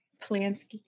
Plants